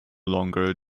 longer